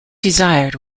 desired